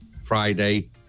Friday